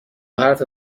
حرف